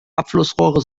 abflussrohre